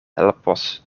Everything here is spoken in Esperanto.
helpos